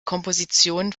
kompositionen